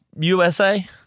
USA